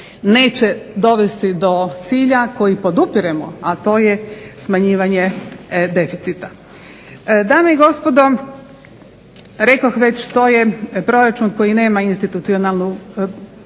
neće dovesti do cilja koji podupiremo, a to je smanjivanje deficita. Dame i gospodo, rekoh već to je proračun koji nema institucionalnu